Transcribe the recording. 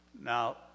Now